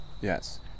yes